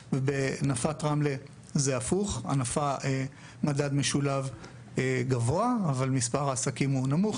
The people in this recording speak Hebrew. ובנפת רמלה המדד המשולב הוא גבוה אבל מספר העסקים הוא נמוך.